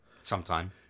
sometime